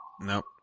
nope